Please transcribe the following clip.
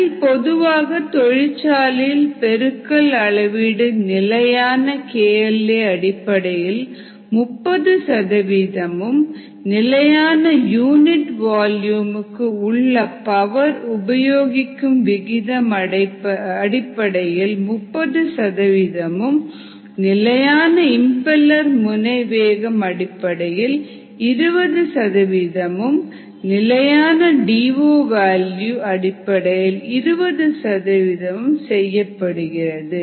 அதில் பொதுவாக தொழிற்சாலையில் பெருக்கல் அளவீடு நிலையான KL a அடிப்படையில் 30 சதவிகிதமும் நிலையான யூனிட் வால்யூம்க்கு உள்ள பவர் உபயோகிக்கும் விகிதம் அடிப்படையில் 30 சதவிகிதமும் நிலையான இம்பெலர் முனை வேகம் அடிப்படையில் 20 சதவிகிதமும் நிலையான டி ஓ வேல்யூ அடிப்படையில் 20 சதவிகிதமும் செய்யப்படுகிறது